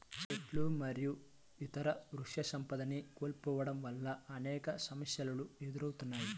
చెట్లు మరియు ఇతర వృక్షసంపదని కోల్పోవడం వల్ల అనేక సమస్యలు ఎదురవుతాయి